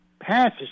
passes